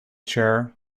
chair